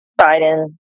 Biden